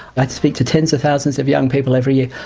i speak to tens of thousands of young people every year,